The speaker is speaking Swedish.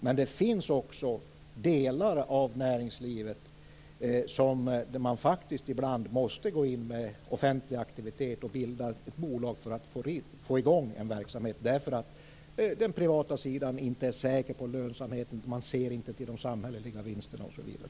Men det finns också delar av näringslivet där man faktiskt ibland måste gå in med offentlig aktivitet och bilda ett bolag för att få i gång en verksamhet därför att den privata sidan inte är säker på lönsamheten. Man ser inte till de samhälleliga vinsterna osv.